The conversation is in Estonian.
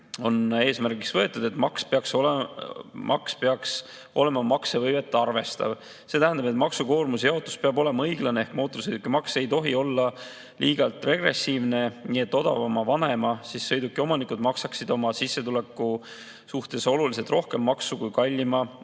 on eesmärgiks võetud, et maks peaks olema maksevõimet arvestav, see tähendab, et maksukoormuse jaotus peab olema õiglane. Mootorsõidukimaks ei tohi olla liiga regressiivne, nii et odavama (vanema) sõiduki omanikud maksaksid oma sissetuleku suhtes oluliselt rohkem maksu kui kallima